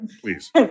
please